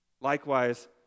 Likewise